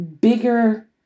bigger